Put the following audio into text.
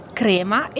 crema